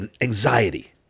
anxiety